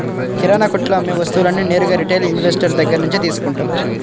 కిరణాకొట్టులో అమ్మే వస్తువులన్నీ నేరుగా రిటైల్ ఇన్వెస్టర్ దగ్గర్నుంచే తీసుకుంటాం